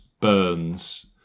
Burns